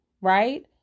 right